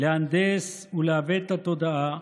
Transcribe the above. להנדס ולעוות את התודעה,